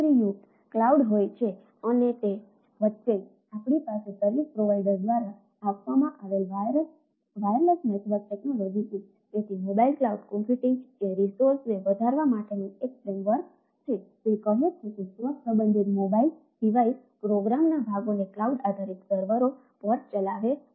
D આધારિત સર્વરો પર ચલાવે છે